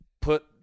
put